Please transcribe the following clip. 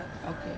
okay